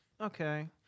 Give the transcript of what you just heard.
Okay